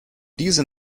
diese